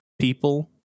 people